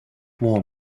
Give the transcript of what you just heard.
worm